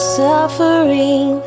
suffering